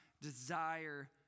desire